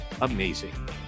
amazing